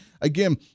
again